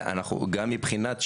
גם מבחינת שימוש,